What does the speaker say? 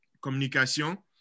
communication